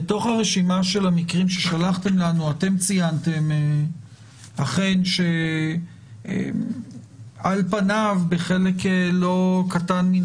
בתוך הרשימה של המקרים ששלחתם לנו ציינתם אכן שעל פניו בחלק לא קטן מן